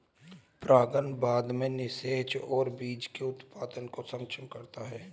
परागण बाद में निषेचन और बीज के उत्पादन को सक्षम करता है